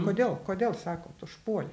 kodėl kodėl sakot užpuolė